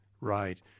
Right